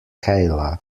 kayla